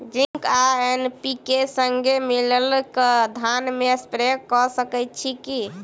Zinc आ NPK, संगे मिलल कऽ धान मे स्प्रे कऽ सकैत छी की?